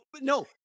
No